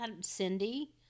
Cindy